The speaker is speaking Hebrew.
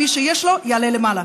מי שיש לו, יעלה למעלה.